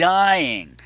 dying